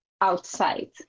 outside